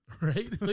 right